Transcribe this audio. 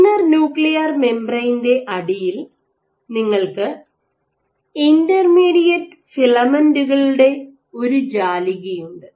inner nuclear മെംബ്രേയ്ൻൻറെ അടിയിൽ നിങ്ങൾക്ക് ഇൻറർ മീഡിയറ്റ് ഫിലമെൻറ് കളുടെ ഒരു ജാലികയുണ്ട്